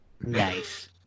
Nice